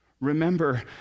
remember